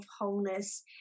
Wholeness